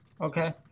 Okay